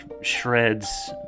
Shreds